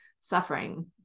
suffering